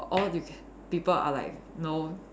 all the people are like know